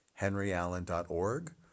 henryallen.org